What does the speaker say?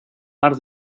mar